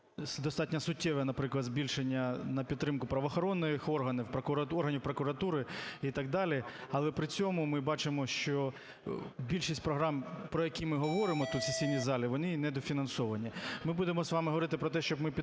достатньо суттєве, наприклад, збільшення на підтримку правоохоронних органів, органів прокуратури і так далі, але при цьому ми бачимо, що більшість програм, про які ми говоримо тут, у сесійній залі, вони є недофінансовані. Ми будемо з вами говорити про те, щоб ми підтримували